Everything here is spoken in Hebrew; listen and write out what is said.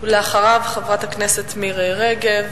בבקשה, ואחריו, חברת הכנסת מירי רגב.